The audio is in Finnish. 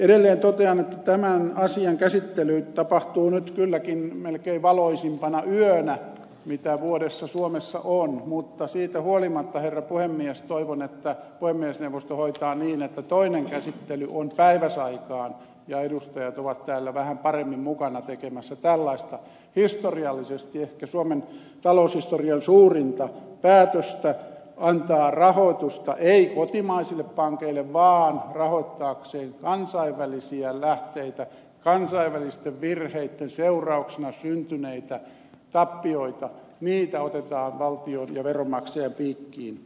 edelleen totean että tämän asian käsittely tapahtuu nyt kylläkin melkein valoisimpana yönä mitä vuodessa suomessa on mutta siitä huolimatta herra puhemies toivon että puhemiesneuvosto hoitaa niin että toinen käsittely on päiväsaikaan ja edustajat ovat täällä vähän paremmin mukana tekemässä tällaista historiallisesti ehkä suomen taloushistorian suurinta päätöstä antaa rahoitusta ei kotimaisille pankeille vaan rahoittaakseen kansainvälisiä lähteitä kansainvälisten virheitten seurauksena syntyneitä tappioita joita otetaan valtion ja veronmaksajien piikkiin